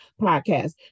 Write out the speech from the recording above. podcast